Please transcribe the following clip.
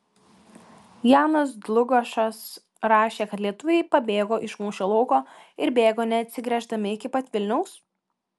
janas dlugošas rašė kad lietuviai pabėgo iš mūšio lauko ir bėgo neatsigręždami iki pat vilniaus